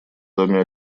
доме